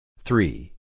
Three